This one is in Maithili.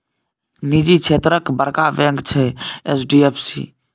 निजी क्षेत्रक बड़का बैंक छै एच.डी.एफ.सी